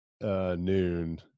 noon